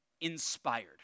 Inspired